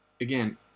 Again